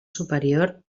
superior